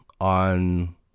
on